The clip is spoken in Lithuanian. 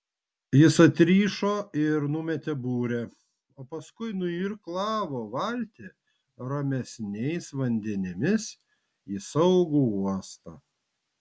jis atrišo ir numetė burę o paskui nuirklavo valtį ramesniais vandenimis į saugų uostą